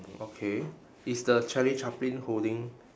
okay is the charlie chaplin holding